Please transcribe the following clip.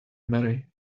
marry